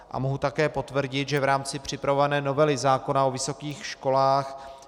A mohu také potvrdit, že v rámci připravované novely zákona o vysokých školách